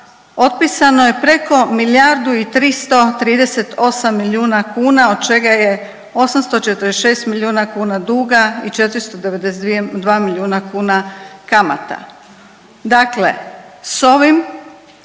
otpisano je preko milijardu i 338 milijuna kuna od čega je 846 milijuna kuna duga i 492 milijuna kuna kamata. Dakle, s ovim